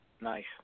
Nice